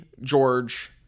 george